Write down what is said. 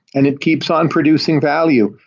and it keeps on producing value.